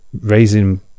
raising